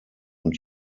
und